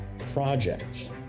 project